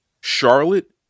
Charlotte